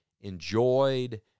enjoyed